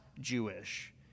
Jewish